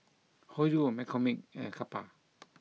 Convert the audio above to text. Hoyu McCormick and Kappa